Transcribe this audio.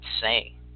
say